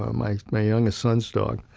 ah my my youngest son's dog,